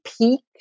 peaked